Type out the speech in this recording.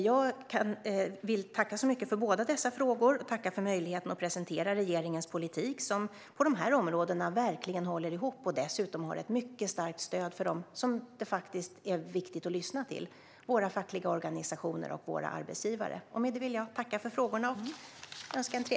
Jag vill tacka så mycket för båda dessa frågor och tacka för möjligheten att presentera regeringens politik, som på de här områdena håller ihop och dessutom har ett mycket starkt stöd hos dem som det är viktigt att lyssna på: våra fackliga organisationer och våra arbetsgivare.